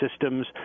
systems